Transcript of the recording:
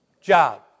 job